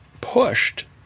pushed